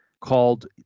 called